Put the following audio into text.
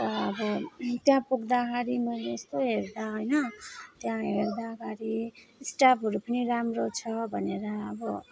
तर अब त्यहाँ पुग्दाखेरि मैले यस्तो हेर्दा होइन त्यहाँ हेर्दाखेरि स्टाफहरू पनि राम्रो छ भनेर अब